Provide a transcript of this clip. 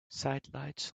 sidelights